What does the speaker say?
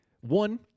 One